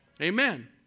Amen